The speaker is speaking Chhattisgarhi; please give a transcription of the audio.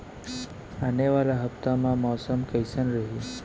आने वाला हफ्ता मा मौसम कइसना रही?